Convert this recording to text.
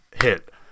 hit